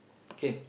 okay